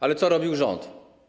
Ale co robił rząd?